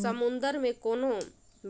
समुन्दर मे कोनो